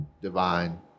Divine